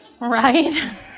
Right